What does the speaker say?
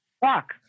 fuck